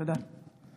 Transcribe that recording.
תודה.